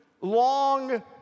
long